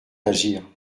d’agir